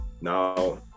now